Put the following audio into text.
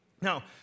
Now